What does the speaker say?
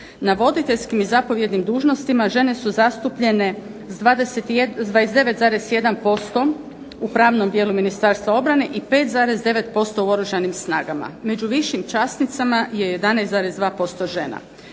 Na voditeljskim i zapovjednim dužnostima žene su zastupljene s 29,1% u pravnom dijelu Ministarstva obrane i 5,9% u Oružanim snagama. Među višim časnicama je 11,2% žena.